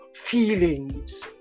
feelings